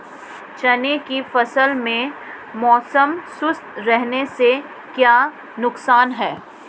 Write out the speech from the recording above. चने की फसल में मौसम शुष्क रहने से क्या नुकसान है?